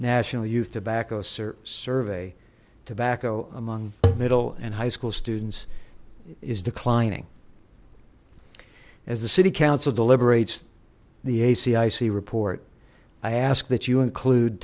national youth tobacco survey tobacco among middle and high school students is declining as the city council deliberates the a cic report i ask that you include